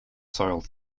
soil